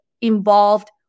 involved